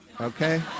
Okay